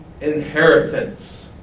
inheritance